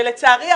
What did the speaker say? ולצערי,